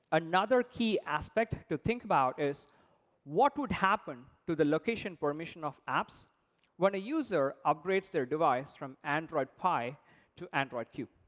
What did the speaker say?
another key aspect to think about is what would happen to the location permission of apps when a user upgrades their device from android pie to android q?